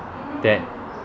that